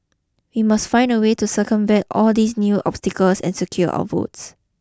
we must find a way to circumvent all these new obstacles and secure our votes